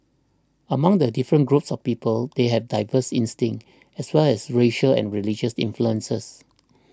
among the different groups of people they have diverse instincts as long as racial and religious influences